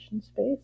space